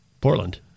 Portland